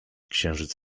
księżyc